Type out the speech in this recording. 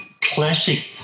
classic